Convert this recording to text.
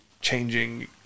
changing